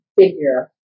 figure